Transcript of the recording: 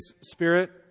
Spirit